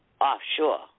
Offshore